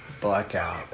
Blackout